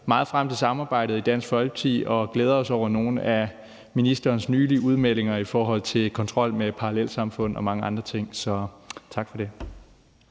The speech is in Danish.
meget frem til samarbejdet og glæder os over nogle af ministerens nylige udmeldinger i forhold til kontrol med parallelsamfund og mange andre ting, så tak for det.